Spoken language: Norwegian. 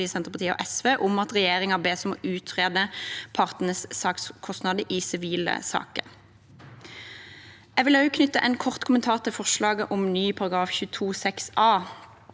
Senterpartiet og SV om at regjeringen bes utrede partenes sakskostnader i sivile saker. Jeg vil også knytte en kort kommentar til forslaget om ny § 22-6 a.